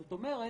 זאת אומרת,